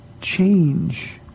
change